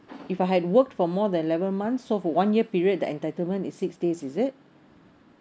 if I had worked for more than eleven months so for one year period the entitlement is six days is it